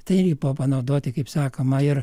tai irgi buvo panaudoti kaip sakoma ir